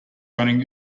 running